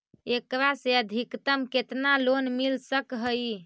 एकरा से अधिकतम केतना लोन मिल सक हइ?